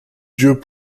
dieux